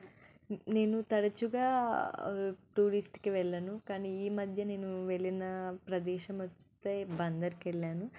నేను తరచుగా టూరిస్ట్కి వెళ్ళను కానీ ఈ మధ్య నేను వెళ్ళిన ప్రదేశమొస్తే బందర్కి వెళ్ళాను